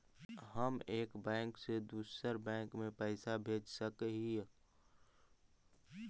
हम एक बैंक से दुसर बैंक में पैसा भेज सक हिय?